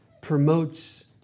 promotes